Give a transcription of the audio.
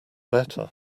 better